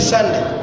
Sunday